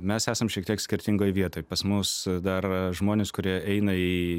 mes esam šiek tiek skirtingoj vietoj pas mus dar žmonės kurie eina į